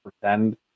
pretend